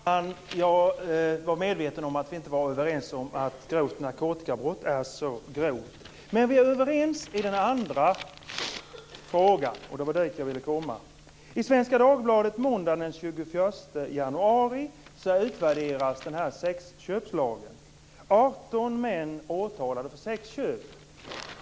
Fru talman! Jag var medveten om att vi inte var överens om att grovt narkotikabrott är så grovt. Men vi är överens i den andra frågan, och det var dit jag ville komma. Måndag den 21 januari utvärderades sexköpslagen i Svenska Dagbladet. Det står om 18 män åtalade för sexköp.